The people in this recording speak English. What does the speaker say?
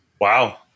Wow